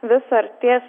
vis artės